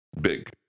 big